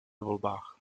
volbách